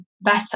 better